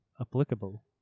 applicable